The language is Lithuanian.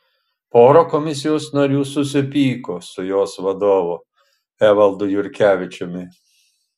pora komisijos narių susipyko su jos vadovu evaldu jurkevičiumi